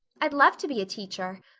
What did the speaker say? i'd love to be a teacher.